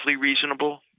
reasonable